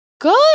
Good